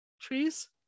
trees